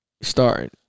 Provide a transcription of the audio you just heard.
Starting